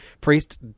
Priest